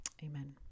Amen